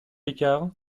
l’écart